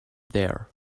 there